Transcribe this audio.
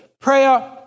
Prayer